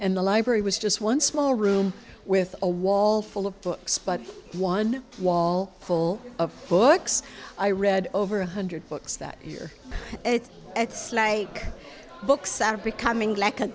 and the library was just one small room with a wall full of books but one wall full of books i read over a hundred books that here it's like books are becoming like